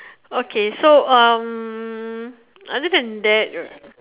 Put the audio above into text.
okay so um other than that